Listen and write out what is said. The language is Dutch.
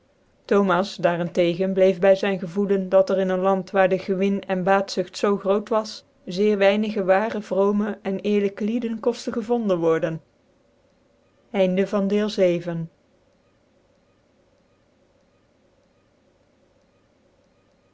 thomas daar en tegca bleef by zyn gevoelen kt er in een land waar dc gewin en ten neger baatzugt zoo groot was zeer weinige waarc vroomc en eerlijke liden koftcn gevonden worden